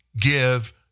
give